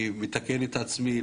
אני מתקן את עצמי,